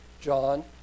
John